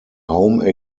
home